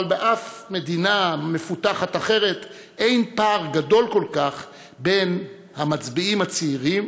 אבל בשום מדינה מפותחת אחרת אין פער גדול כל כך בין המצביעים הצעירים